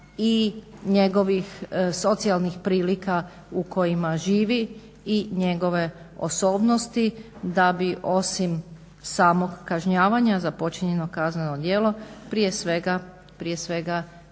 i njegovih socijalnih prilika u kojima živi i njegove osobnosti da bi osim samog kažnjavanja za počinjeno kazneno djelo prije svega